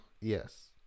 Yes